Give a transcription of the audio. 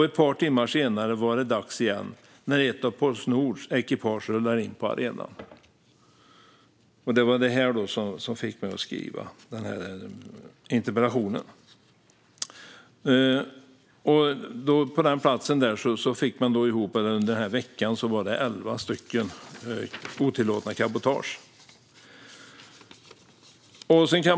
Ett par timmar senare var det dags igen - när ett av Postnords ekipage rullar in på 'arenan'." Det var den här artikeln som fick mig att skriva interpellationen. Under den veckan fann man elva otillåtna cabotage.